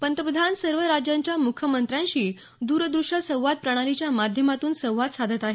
पंतप्रधान सर्व राज्यांच्या मुख्यमंत्र्यांशी द्रदृश्य संवाद प्रणालीच्या माध्यमातून संवाद साधत आहेत